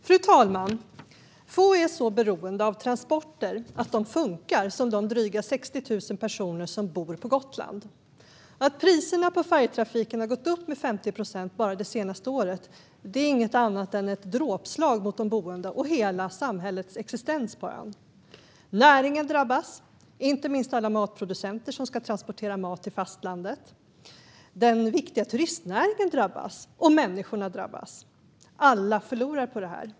Fru talman! Få är så beroende av transporter och att de fungerar som de dryga 60 000 personer som bor på Gotland. Att priserna på färjetrafiken har gått upp med 50 procent bara det senaste året är inget annat än ett dråpslag mot de boende och hela samhällets existens på ön. Näringen drabbas, inte minst alla matproducenter som ska transportera mat till fastlandet. Den viktiga turistnäringen drabbas. Och människorna drabbas. Alla förlorar på det.